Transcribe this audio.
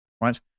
right